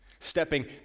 stepping